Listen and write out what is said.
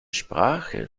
sprache